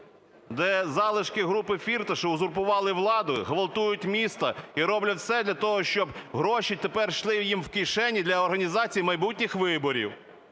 де залишки групи Фірташа узурпували владу, ґвалтують місто і роблять все для того, щоб гроші тепер йшли їм в кишені для організації майбутніх виборів.